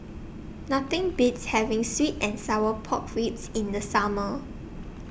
Nothing Beats having Sweet and Sour Pork Ribs in The Summer